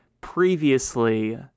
previously